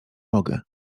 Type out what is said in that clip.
mogę